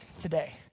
today